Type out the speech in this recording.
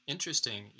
Interesting